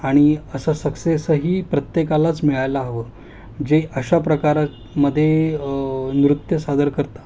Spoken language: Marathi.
आणि असं सक्सेसही प्रत्येकालाच मिळायला हवं जे अशा प्रकारमध्ये नृत्य सादर करतात